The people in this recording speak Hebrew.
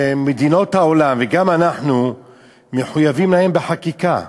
שמדינות העולם וגם אנחנו מחויבים להם בחקיקה.